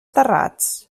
terrats